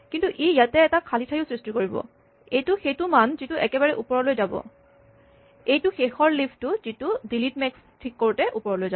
কিন্তু ই ইয়াতে এটা খালী ঠায়ো সৃষ্টি কৰিব এইটো সেইটো মান যিটো একেবাৰে ওপৰলৈ যাব এইটো শেষৰ লিফ টো যিটো ডিলিট মেক্স ঠিক কৰোঁতে ওপৰলৈ যাব